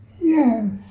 Yes